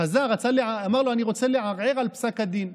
חזר ואמר, אני רוצה לערער על פסק הדין.